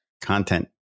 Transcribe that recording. content